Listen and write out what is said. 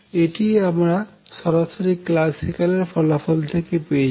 এটি আমরা সরাসরি ক্ল্যাসিক্যাল এর ফলাফল থেকে পেয়েছি